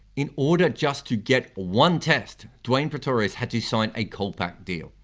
in order just to get one test dwayne, pretorius had to sign a kolpak deal.